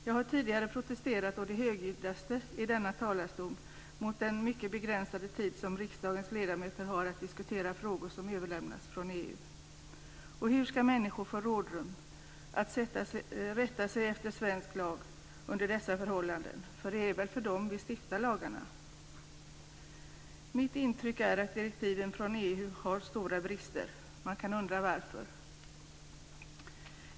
Jag har tidigare i denna talarstol å det högljuddaste protesterat mot den mycket begränsade tid som riksdagens ledamöter har för att diskutera frågor som överlämnats från EU. Hur ska människor få rådrum att rätta sig efter svensk lag under sådana här förhållanden, för det är väl för människorna som vi stiftar lagarna? Mitt intryck är att direktiven från EU har stora brister. Man kan undra varför.